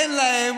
אין להם